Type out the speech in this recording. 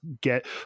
get